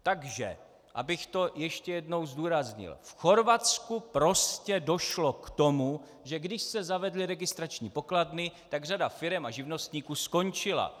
Takže abych to ještě jednou zdůraznil, v Chorvatsku prostě došlo k tomu, že když se zavedly registrační pokladny, tak řada firem a živnostníků skončila.